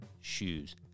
Shoes